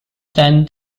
than